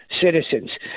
citizens